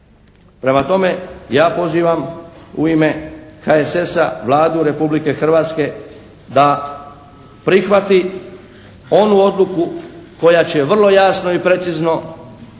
Prema tome ja pozivam u ime HSS-a Vladu Republike Hrvatske da prihvati onu odluku koja će vrlo jasno i precizno aktivirati